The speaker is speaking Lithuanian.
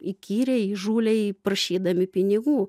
įkyriai įžūliai prašydami pinigų